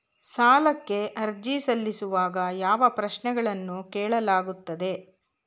ಸಾಲಕ್ಕೆ ಅರ್ಜಿ ಸಲ್ಲಿಸುವಾಗ ಯಾವ ಪ್ರಶ್ನೆಗಳನ್ನು ಕೇಳಲಾಗುತ್ತದೆ?